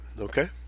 okay